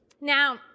Now